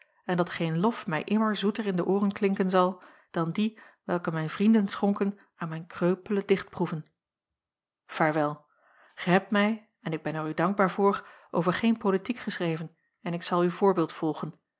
en dat geen lof mij immer zoeter in de ooren klinken zal dan die welken mijn vrienden schonken aan mijn kreupele dichtproeven vaarwel gij hebt mij en ik ben er u dankbaar voor over geen politiek geschreven en ik zal uw voorbeeld volgen